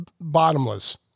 bottomless